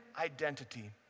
identity